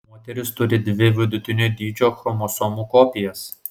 moterys turi dvi vidutinio dydžio chromosomų kopijas